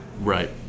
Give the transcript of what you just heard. Right